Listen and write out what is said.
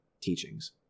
teachings